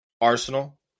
Arsenal